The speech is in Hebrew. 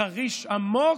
חריש עמוק?